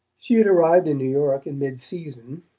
she had arrived in new york in midseason,